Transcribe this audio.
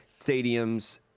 stadiums